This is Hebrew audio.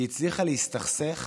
היא הצליחה להסתכסך